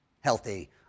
healthy